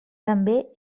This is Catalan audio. també